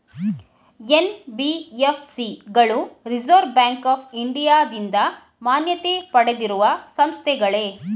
NBFC ಗಳು reserve bank of ಇಂಡಿಯಾದಿಂದ ಮಾನ್ಯತೆ ಪಡೆದಿರುವ ಸಂಸ್ಥೆಗಳೇ?